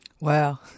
Wow